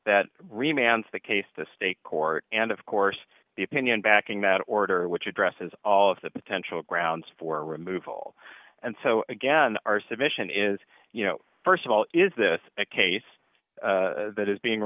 remains the case the state court and of course the opinion backing that order which addresses all of the potential grounds for removal and so again our submission is you know st of all is this a case that is being